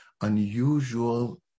unusual